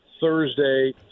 Thursday